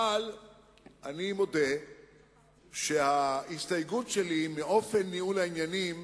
אבל אני מודה שההסתייגות שלי מאופן ניהול העניינים